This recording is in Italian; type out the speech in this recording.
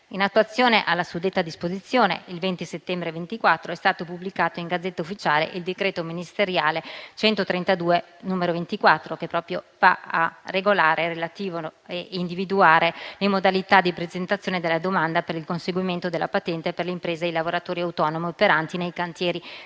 In attuazione alla suddetta disposizione, il 20 settembre 2024 è stato pubblicato in *Gazzetta Ufficiale* il decreto ministeriale 18 settembre 2024, n. 132, che va proprio a regolare le modalità di presentazione della domanda per il conseguimento della patente per le imprese e i lavoratori autonomi operanti nei cantieri temporanei